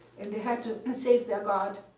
and they had to and save their god.